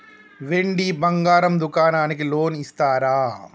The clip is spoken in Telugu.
వెండి బంగారం దుకాణానికి లోన్ ఇస్తారా?